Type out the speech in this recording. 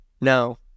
No